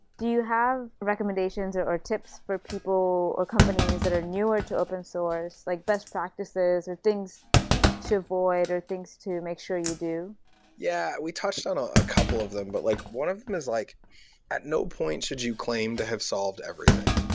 do you have recommendations or or tips for people, or companies that are newer to open-source, like best practices, or things to avoid, or things to make sure you do yeah, we touched on a ah couple of them. but like one of them is like at no point should you claim to have solved everything.